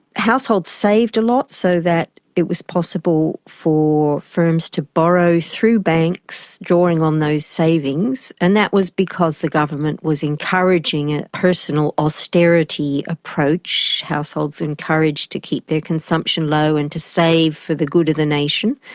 households saved a lot so that it was possible for firms to borrow through banks, drawing on those savings. and that was because the government was encouraging a personal austerity approach, households encouraged to keep their consumption low and to save for the good of the nation.